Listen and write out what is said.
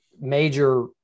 major